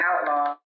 Outlaw